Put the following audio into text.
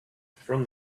from